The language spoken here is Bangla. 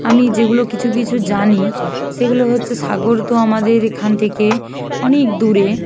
আমি যেগুলো কিছু কিছু জানি সেগুলো হচ্ছে সাগর তো আমাদের এখান থেকে অনেক দূরে